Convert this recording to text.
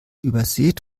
übersät